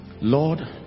lord